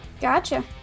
Gotcha